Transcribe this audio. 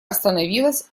остановилась